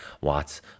watts